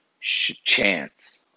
chance